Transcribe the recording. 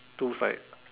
two side